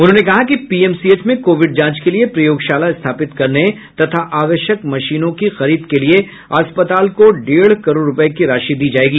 उन्होंने कहा कि पीएमसीएच में कोविड जांच के लिए प्रयोगशाला स्थापित करने तथा आवश्यक मशीनों की खरीद के लिए अस्पताल को डेढ़ करोड़ रुपये की राशि दी जायेगी